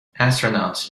astronauts